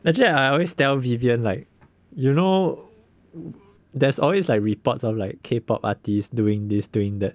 actually I always tell vivian like you know there's always like reports of like K pop artists doing this doing that